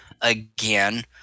again